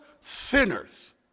sinners